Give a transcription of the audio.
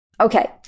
Okay